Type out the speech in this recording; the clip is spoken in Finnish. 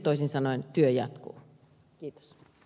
toisin sanoen työ jatkuu